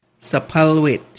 Sapalwit